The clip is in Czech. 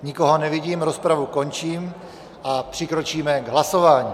Nikoho nevidím, rozpravu končím a přikročíme k hlasování.